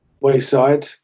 wayside